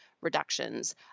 reductions